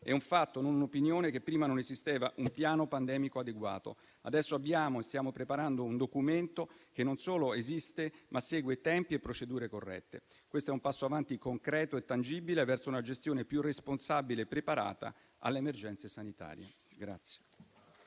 È un fatto, non un'opinione, che prima non esisteva un piano pandemico adeguato. Adesso abbiamo e stiamo preparando un documento, che non solo esiste, ma segue tempi e procedure corrette. Questo è un passo in avanti concreto e tangibile verso una gestione più responsabile e preparata alle emergenze sanitarie.